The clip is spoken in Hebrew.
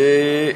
ב.